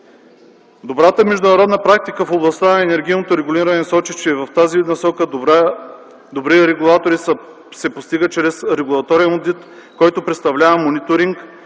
Добрата международна практика в областта на енергийното регулиране сочи, че в тази насока добра регулация се постига чрез регулаторен одит, който представлява мониторинг